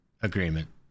agreement